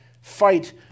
fight